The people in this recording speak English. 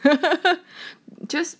I just